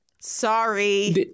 sorry